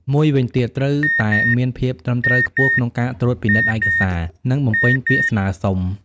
មួយវិញទៀត ត្រូវតែមានភាពត្រឹមត្រូវខ្ពស់ក្នុងការត្រួតពិនិត្យឯកសារ និងបំពេញពាក្យស្នើសុំ។